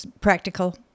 practical